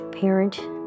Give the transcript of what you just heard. parent